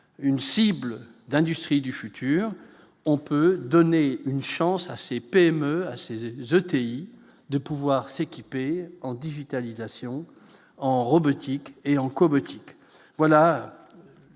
une cible d'industrie du futur on peut donner une chance à ces PME assez et jetés de pouvoir s'équiper en digitalisation en robotique et encore gothique